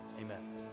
Amen